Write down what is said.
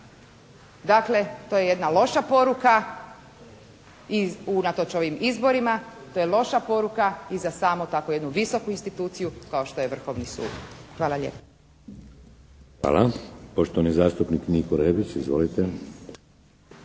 Dakle to je jedna loša poruka i unatoč ovim izborima. To je loša poruka i za samu takvu jednu visoku instituciju kao što je Vrhovni sud. Hvala lijepa. **Šeks, Vladimir (HDZ)** Hvala. Poštovani zastupnik Niko Rebić. Izvolite.